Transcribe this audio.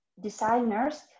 designers